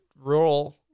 rural